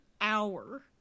hour